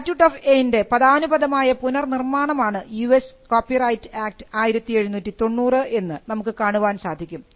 statute of Anne ൻറെ പദാനുപദമായ പുനർനിർമ്മാണം ആണ് U S copyright act 1790 എന്ന് നമുക്ക് കാണുവാൻ സാധിക്കും